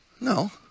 No